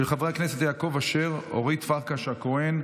של חברי הכנסת יעקב אשר, אורית פרקש הכהן,